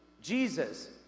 Jesus